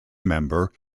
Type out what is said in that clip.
member